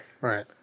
right